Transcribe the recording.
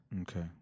okay